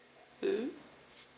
mm